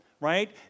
right